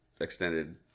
extended